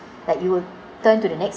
like you will turn to the next